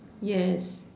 yes